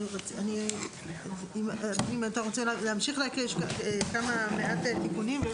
אם אתה רוצה להמשיך להקריא יש מעט תיקונים.